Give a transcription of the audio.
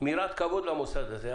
מיראת כבוד למוסד הזה.